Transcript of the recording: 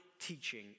teaching